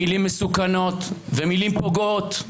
מילים מסוכנות ומילים פוגעות.